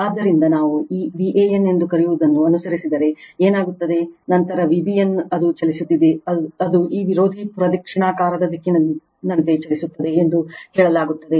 ಆದ್ದರಿಂದ ನಾವು ಈ Van ಎಂದು ಕರೆಯುವದನ್ನು ಅನುಸರಿಸಿದರೆ ಏನಾಗುತ್ತದೆ ನಂತರ Vbn ಅದು ಚಲಿಸುತ್ತಿದೆ ಅದು ಈ ವಿರೋಧಿ ಪ್ರದಕ್ಷಿಣಾಕಾರದ ದಿಕ್ಕಿನಂತೆ ಚಲಿಸುತ್ತದೆ ಎಂದು ಹೇಳಲಾಗುತ್ತದೆ